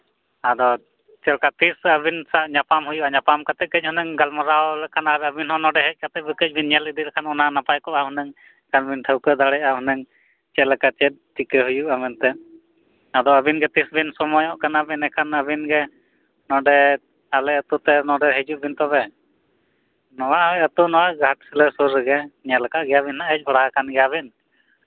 ᱟᱫᱚ ᱪᱮᱫ ᱞᱮᱠᱟ ᱛᱤᱥ ᱟᱹᱵᱤᱱ ᱥᱟᱶ ᱧᱟᱯᱟᱢ ᱦᱩᱭᱩᱜᱼᱟ ᱧᱟᱯᱟᱢ ᱠᱟᱛᱮ ᱠᱟᱹᱡ ᱦᱩᱱᱟᱹᱝ ᱜᱟᱞᱢᱟᱨᱟᱣ ᱞᱮᱠᱷᱟᱱ ᱟᱨ ᱟᱹᱵᱤᱱ ᱦᱚᱸ ᱱᱚᱰᱮ ᱦᱮᱡ ᱠᱟᱛᱮ ᱠᱟᱹᱡ ᱵᱤᱱ ᱧᱮᱞ ᱤᱫᱤ ᱞᱮᱠᱷᱟᱱ ᱚᱱᱟ ᱱᱟᱯᱟᱭ ᱠᱚᱜᱼᱟ ᱦᱩᱱᱟᱹᱝ ᱠᱷᱟᱱ ᱵᱤᱱ ᱴᱷᱟᱹᱣᱠᱟᱹ ᱫᱟᱲᱮᱭᱟᱜᱼᱟ ᱦᱩᱱᱟᱹᱝ ᱪᱮᱫ ᱞᱮᱠᱟ ᱪᱮᱫ ᱪᱤᱠᱟᱹᱜᱼᱟ ᱢᱮᱱᱛᱮ ᱟᱫᱚ ᱟᱹᱵᱤᱱ ᱜᱮ ᱛᱤᱥ ᱵᱮᱱ ᱥᱚᱢᱚᱭᱚᱜ ᱠᱟᱱᱟ ᱵᱮᱱ ᱮᱱᱠᱷᱟᱱ ᱟᱹᱵᱤᱱ ᱜᱮ ᱱᱚᱰᱮ ᱟᱞᱮ ᱟᱛᱳ ᱛᱮ ᱱᱚᱰᱮ ᱦᱤᱡᱩᱜ ᱵᱤᱱ ᱛᱚᱵᱮ ᱱᱚᱣᱟ ᱳᱭ ᱟᱛᱳ ᱱᱚᱜᱼᱚᱸᱭ ᱜᱷᱟᱴᱥᱤᱞᱟᱹ ᱥᱩᱨ ᱨᱮᱜᱮ ᱧᱮᱞ ᱠᱟᱜ ᱜᱮᱭᱟᱵᱮᱱ ᱦᱮᱡ ᱵᱟᱲᱟ ᱜᱮᱭᱟᱵᱤᱱ